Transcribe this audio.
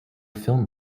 film